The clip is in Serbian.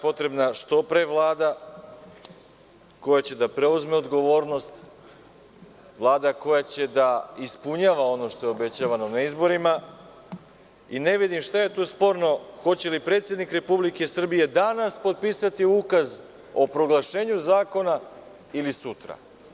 Potrebna nam je Vlada što pre koja će da preuzme odgovornost, Vlada koja će da ispunjava ono što je obećavano na izborima i ne vidim šta je sporno hoće li predsednik Republike Srbije danas potpisati Ukaz o proglašenju zakona ili sutra?